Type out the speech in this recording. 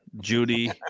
Judy